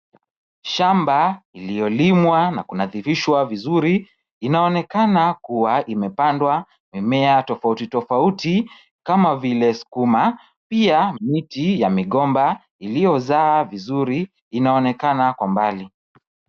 Shamba iliyolimwa na kunadhifishwa vizuri inaonekana kuwa imepandwa mimea tofauti tofauti kama vile skuma, pia miti ya migomba iliyozaa vizuri inaonekana kwa mbali.